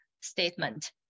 statement